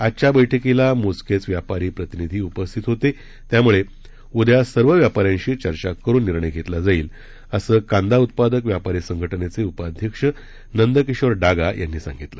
आजच्या बैठकीला मोजकेच व्यापारी प्रतिनिधी उपस्थित होते त्यामुळे उद्या सर्व व्यापाऱ्यांशी चर्चा करून निर्णय घेतला जाईल असं कांदा उत्पादक व्यापारी संघटनेचे उपाध्यक्ष नंदकिशोर डागा यांनी सांगितलं